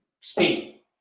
speed